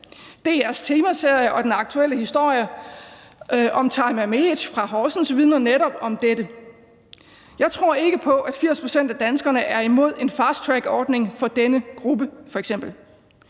DR's temaserie og den aktuelle historie om Tajma Mehic fra Horsens vidner netop om dette. Jeg tror f.eks. ikke på, at 80 pct. af danskerne er imod en fast track-ordning for denne gruppe.